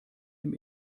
dem